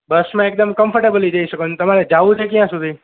બસમાં એકદમ કમ્ફટેબલી જઈ શકો અને તમારે જવું છે ક્યાં સુધી